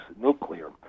nuclear